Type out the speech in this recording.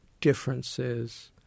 differences